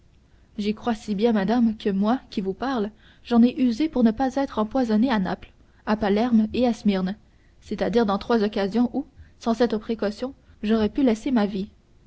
j'y crois si bien madame que moi qui vous parle j'en ai usé pour ne pas être empoisonné à naples à palerme et à smyrne c'est-à-dire dans trois occasions où sans cette précaution j'aurais pu laisser ma vie